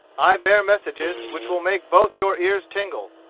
i bear messages which will make both your ears tingle.